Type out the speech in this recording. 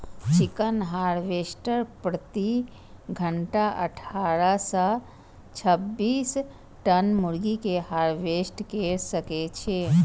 chicken harvester प्रति घंटा अट्ठारह सं छब्बीस टन मुर्गी कें हार्वेस्ट कैर सकै छै